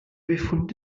befund